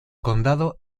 condado